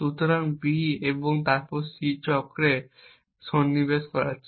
তারপর B এবং তারপরে C পরপর চক্রে একটি সন্নিবেশ করাচ্ছে